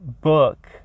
book